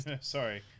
Sorry